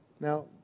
Now